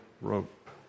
rope